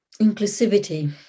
Inclusivity